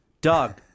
Doug